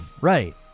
Right